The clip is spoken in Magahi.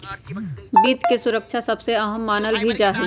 वित्त के सुरक्षा के सबसे अहम मानल भी जा हई